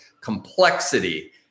complexity